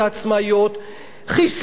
חיסלו הרבה הוצאות ספרים,